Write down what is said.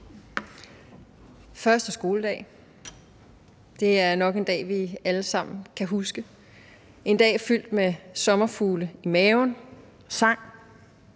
Første skoledag – det er nok en dag, vi alle sammen kan huske: en dag fyldt med sommerfugle i maven, sang,